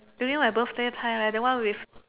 during my birthday time right the one with